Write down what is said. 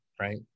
right